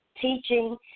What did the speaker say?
teaching